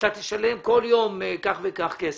הוא ישלם כל יום כך וכך כסף.